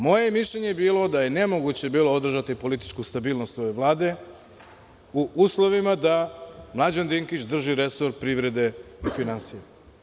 Moje mišljenje je bilo da je nemoguće bilo održati političku stabilnost ove Vlade u uslovima da Mlađan Dinkić drži resor privrede i finansija.